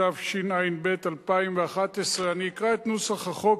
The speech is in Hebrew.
התשע"ב 2011. אני אקרא את נוסח החוק,